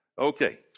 Okay